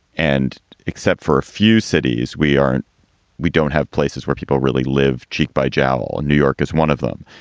and except for a few cities, we aren't we don't have places where people really live cheek by jowl. and new york is one of them.